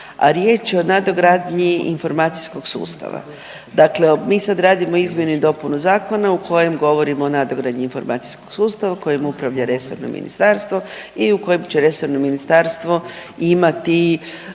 a riječ je o nadogradnji informacijskog sustava. Dakle, mi sad radimo izmjene i dopunu zakona o kojem govorimo o nadogradnji informacijskog sustava kojim upravlja resorno ministarstvo i u kojem će resorno ministarstvo imati